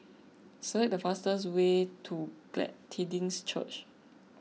select the fastest way to Glad Tidings Church